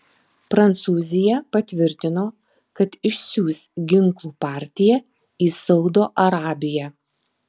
prancūzija patvirtino kad išsiųs ginklų partiją į saudo arabiją